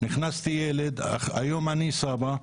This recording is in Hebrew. נכנסתי ילד והיום אני סבא.